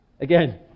Again